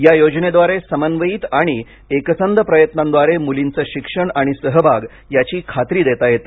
या योजनेद्वारे समन्वयित आणि एकसंध प्रयत्नांद्वारे मुलींचे शिक्षण आणि सहभाग याची खात्री देता येते